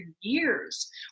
years